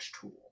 tool